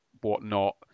whatnot